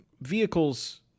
vehicles